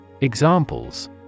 Examples